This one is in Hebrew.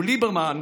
וליברמן,